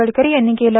गडकरी यांनी केलं